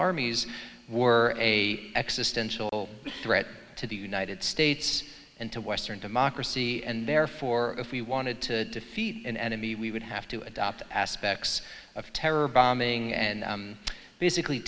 existential threat to the united states and to western democracy and therefore if we wanted to defeat an enemy we would have to adopt aspects of terror bombing and basically